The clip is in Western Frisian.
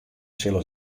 sille